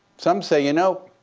some say, you know,